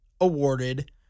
awarded